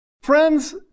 Friends